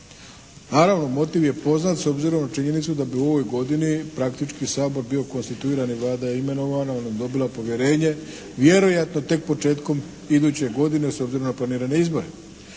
Naravno motiv je poznat s obzirom na činjenicu da bi u ovoj godini praktički Sabor bio konstituiran i Vlada imenovana, … /Govornik se ne razumije./ … dobila povjerenje vjerojatno tek početkom iduće godine s obzirom na planirane izbore.